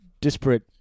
disparate